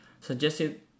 suggested